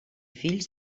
fills